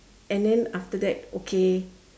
and then after that okay